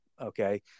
okay